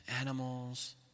animals